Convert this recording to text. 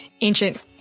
ancient